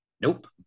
Nope